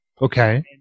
Okay